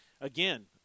again